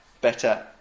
better